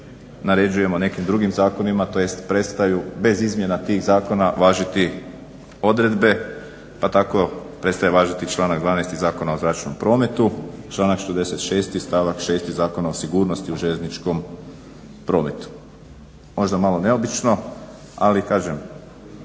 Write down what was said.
naređujemo nekim drugim zakonima, tj. prestaju bez tih izmjena zakona važiti odredbe pa tako prestaje važiti članak 12. Iz Zakona o zračnom prometu, članka 66. I stavak 6. Zakona o sigurnosti u željezničkom prometu. Možda malo neobično ali kažem